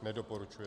Nedoporučuje se.